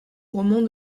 roman